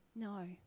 No